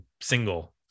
single